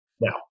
now